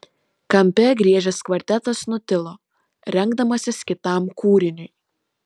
kampe griežęs kvartetas nutilo rengdamasis kitam kūriniui